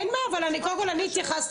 אין בעיה, אבל קודם כל אני התייחסתי.